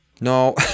No